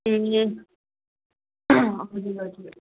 ए हजुर हजुर